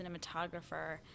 cinematographer